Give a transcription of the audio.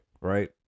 right